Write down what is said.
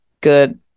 good